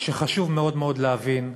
שחשוב מאוד מאוד להבין,